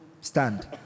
stand